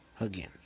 again